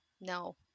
no